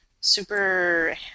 super